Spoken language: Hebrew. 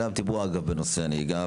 היה לנו דיבור, אגב, בנושא הנהיגה.